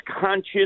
conscious